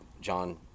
John